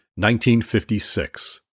1956